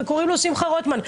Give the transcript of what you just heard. וקוראים לו שמחה רוטמן.